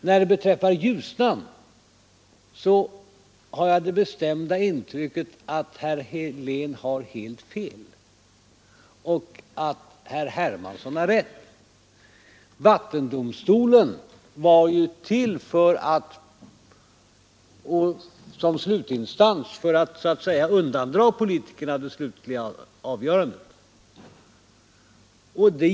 Vad beträffar Ljusnan har jag det bestämda intrycket att herr Helén har helt fel och att herr Hermansson har rätt. Vattendomstolen kom ju till som slutinstans, för att så att säga undandra politikerna det slutgiltiga avgörandet.